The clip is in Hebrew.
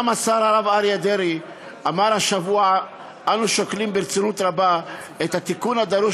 גם השר הרב אריה דרעי אמר השבוע: אנו שוקלים ברצינות רבה את התיקון הדרוש